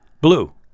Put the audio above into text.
Blue